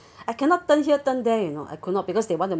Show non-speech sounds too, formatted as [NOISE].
[BREATH] I cannot turn here turn there you know I could not because they want to